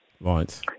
Right